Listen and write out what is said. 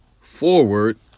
forward